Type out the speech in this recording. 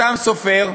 החת"ם סופר,